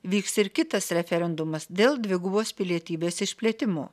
vyks ir kitas referendumas dėl dvigubos pilietybės išplėtimo